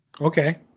Okay